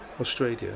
Australia